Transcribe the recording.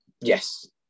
yes